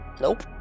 Nope